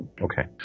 Okay